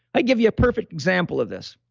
ah give you a perfect example of this